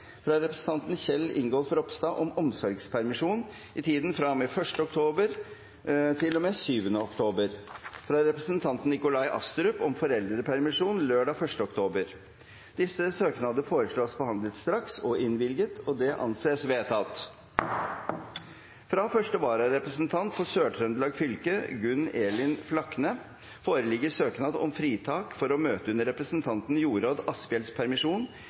fra representanten Kjell Ingolf Ropstad om omsorgspermisjon i tiden fra og med 1. oktober til og med 7. oktober fra representanten Nikolai Astrup om foreldrepermisjon lørdag 1. oktober Disse søknader foreslås behandlet straks og innvilget. – Det anses vedtatt. Fra første vararepresentant for Sør-Trøndelag fylke, Gunn Elin Flakne , foreligger søknad om fritak for å møte under representanten Jorodd Asphjells permisjon,